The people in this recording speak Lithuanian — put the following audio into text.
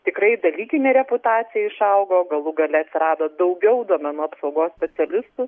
tikrai dalykinė reputacija išaugo galų gale atsirado daugiau duomenų apsaugos specialistų